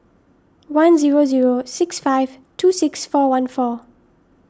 one zero zero six five two six four one four